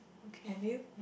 have you